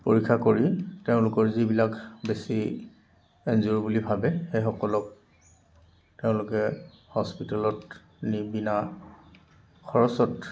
পৰীক্ষা কৰি তেওঁলোকৰ যিবিলাক বেছি এন জি অ'ৰ বুলি ভাবে সেইসকলক তেওঁলোকে হস্পিটেলত নি বিনা খৰচত